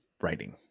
writing